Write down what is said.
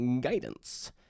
guidance